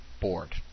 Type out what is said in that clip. board